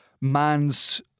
man's